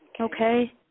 Okay